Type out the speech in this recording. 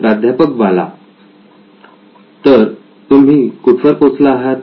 प्राध्यापक बाला तर तुम्ही कुठ वर पोहोचला आहात